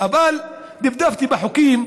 אבל דפדפתי בחוקים.